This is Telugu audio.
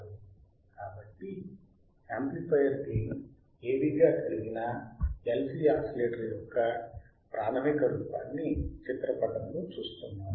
కాబట్టి యాంప్లిఫయర్ గెయిన్ AV గా కలిగిన LC ఆసిలేటర్ యొక్క ప్రాథమిక రూపాన్ని చిత్ర పటములో చూస్తున్నాము